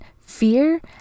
fear